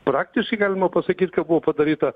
praktiškai galima pasakyt ka buvo padaryta